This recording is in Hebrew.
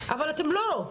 אבל אתם לא.